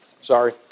Sorry